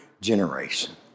generation